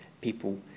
people